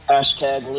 Hashtag